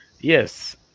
Yes